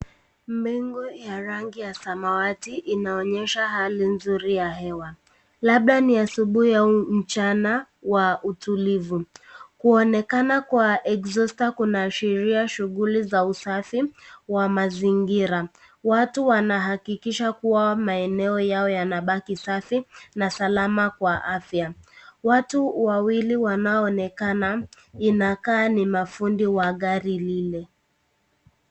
Mbingu ya rangi ya samawati inoonyosha hali nzuri ya hewa. Labda ni asubuhi au mchana wa utulivu. Kuonekana kwa Exhauster kunaashiria shughuli za usafi wa mazingira. Watu wanahakikisha kuwa maeneo yao yanabaki safi na salama kwa afya. Watu wawili wanaoonekana inakaa ni mafundi wa gari lile.